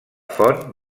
font